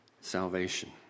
salvation